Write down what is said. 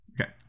Okay